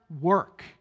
work